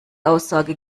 aussage